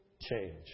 change